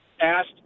asked